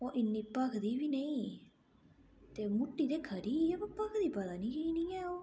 ओह् इन्नी भखदी बी नेईं ते मुट्टी ते खरी ही अवा भखदी खरै की नेईं ऐ ओह्